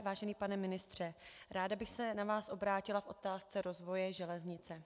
Vážený pane ministře, ráda bych se na vás obrátila v otázce rozvoje železnice.